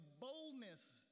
boldness